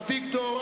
אביגדור,